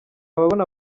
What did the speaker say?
ababona